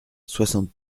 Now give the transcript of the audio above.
soixante